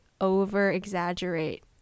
over-exaggerate